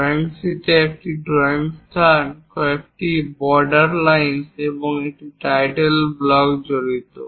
drawing শীটে একটি drawing স্থান কয়েকটি বর্ডার লাইস এবং একটি টাইটেল ব্লক জড়িত